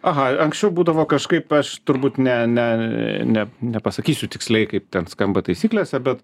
aha anksčiau būdavo kažkaip aš turbūt ne ne ne nepasakysiu tiksliai kaip ten skamba taisyklėse bet